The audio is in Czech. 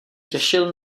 těšil